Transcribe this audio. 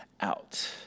out